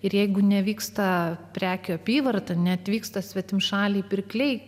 ir jeigu nevyksta prekių apyvarta neatvyksta svetimšaliai pirkliai